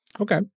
Okay